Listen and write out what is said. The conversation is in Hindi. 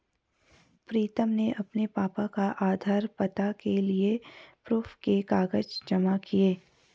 प्रीतम ने अपने पापा का आधार, पता के लिए प्रूफ के कागज जमा किए